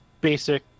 basic